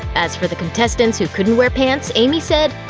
as for the contestants who couldn't wear pants, amy said,